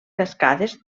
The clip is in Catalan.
cascades